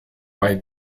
bei